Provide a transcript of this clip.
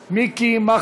אם כן,